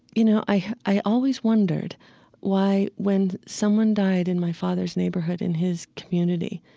you know i always wondered why when someone died in my father's neighborhood in his community,